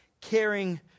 caring